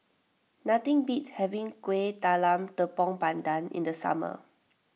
nothing beats having Kuih Talam Tepong Pandan in the summer